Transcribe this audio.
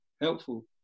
helpful